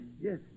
yes